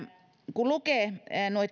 kun lukee